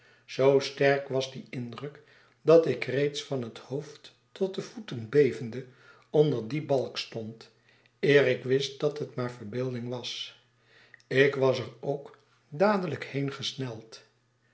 zoo sterk was die indruk dat ik reeds van het hoofd tot de voeten bevende onder dien balk stond eer ik wist dat het maar verbeelding was ik was er ook dadelijk heen gesneld